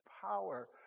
power